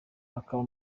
hakaba